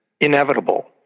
Inevitable